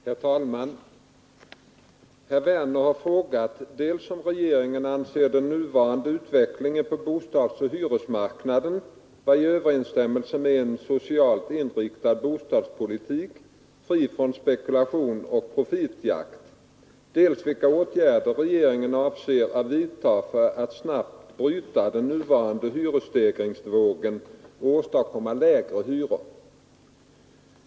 Herr talman! Herr Werner i Tyresö har frågat dels om regeringen anser den nuvarande utvecklingen på bostadsoch hyresmarknaden vara i överensstämmelse med en socialt inriktad bostadspolitik fri från spekulation och profitjakt, dels vilka åtgärder regeringen avser att vidta för att snabbt bryta den nuvarande hyresstegringsvågen och åstadkomma lägre hyror.